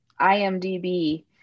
IMDB